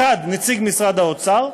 אחד נציג משרד האוצר,